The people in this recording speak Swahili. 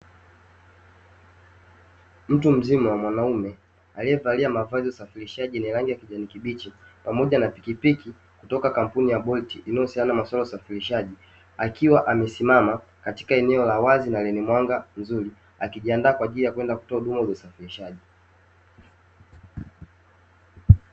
Mtu mzima mwanaume alievalia mavazi ya usafirishaji yenye rangi ya kijani kibichi pamoja na pikipiki kutoka kampuni ya "bolt" inayohusiana na usafirishaji, akiwa amesimama katika eneo la wazi na lenye mwanga mzuri akijiandaa kwenda kutoa huduma ya usafirishaji.